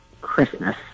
Christmas